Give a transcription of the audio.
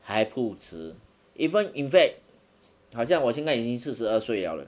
还不迟 even in fact 好像我现在已经四十二岁 liao 了